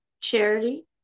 charity